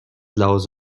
لحاظ